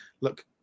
look –